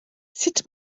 sut